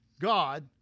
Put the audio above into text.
God